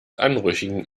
anrüchigen